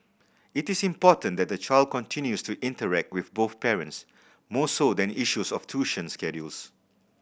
it is important that the child continues to interact with both parents more so than issues of tuition schedules